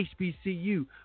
HBCU